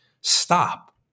stop